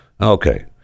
okay